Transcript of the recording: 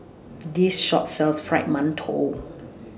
This Shop sells Fried mantou